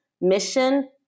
mission